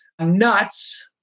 nuts